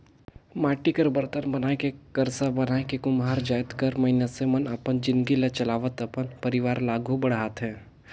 माटी कर बरतन बनाए के करसा बनाए के कुम्हार जाएत कर मइनसे मन अपन जिनगी ल चलावत अपन परिवार ल आघु बढ़ाथे